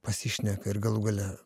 pasišneka ir galų gale